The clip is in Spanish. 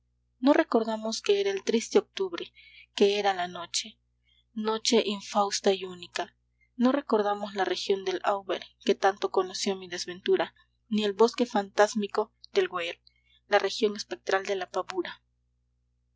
no recordamos que era el triste octubre que era la noche noche infausta y única no recordamos la región del auber que tanto conoció mi desventura ni el bosque fantasmático del weir la región espectral de la pavura